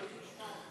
באתי לשמוע אותך.